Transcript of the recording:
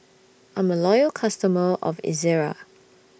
I'm A Loyal customer of Ezerra